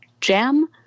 jam